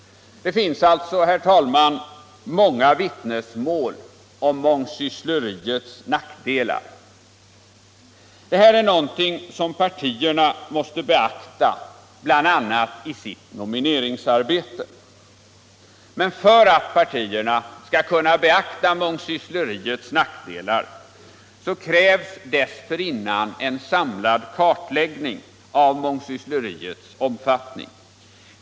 Det finns alltså, herr talman, en mängd vittnesmål om mångsyssleriets nackdelar. Det här är någonting som partierna måste beakta bl.a. i sitt nomineringsarbete. Men för att partierna skall kunna beakta mångsyssleriets nackdelar så krävs dessförinnan en samlad kartläggning av mångsyssleriets omfattning.